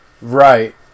Right